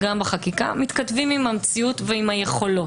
בחקיקה מתכתבים עם המציאות ועם היכולות.